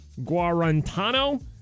guarantano